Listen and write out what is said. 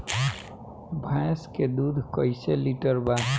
भैंस के दूध कईसे लीटर बा?